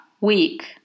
Week